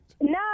No